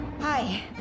Hi